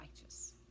righteous